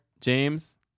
James